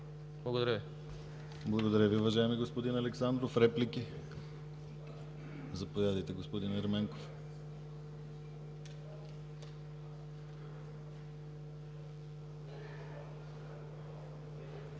Благодаря Ви, уважаеми господин Александров. Реплики? Заповядайте, господин Ерменков.